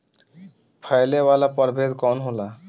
फैले वाला प्रभेद कौन होला?